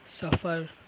سفر